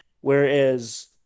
Whereas